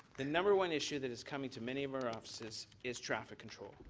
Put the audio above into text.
the number one issue that is coming to many of our offices is traffic control,